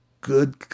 good